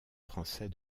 français